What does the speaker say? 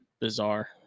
bizarre